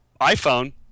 iPhone